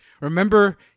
remember